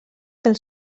del